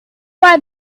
why